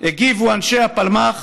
הגיבו אנשי הפלמ"ח